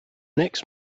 next